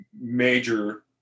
major